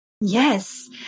Yes